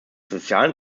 sozialen